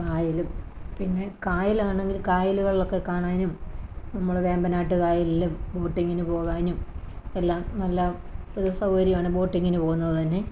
കായലും പിന്നെ കായലാണങ്കില് കായലുകളിലൊക്കെ കാണാനും നമ്മള് വേമ്പനാട്ട് കായലിലും ബോട്ടിങ്ങിനു പോകാനും എല്ലാം നല്ല ഒരു സൗകര്യമാണ് ബോട്ടിങ്ങിനു പോകുന്നത് തന്നെ